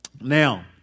Now